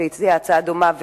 שהציע הצעה דומה,